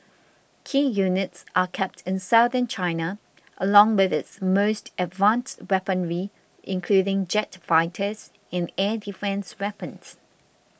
key units are kept in Southern China along with its most advanced weaponry including jet fighters and air defence weapons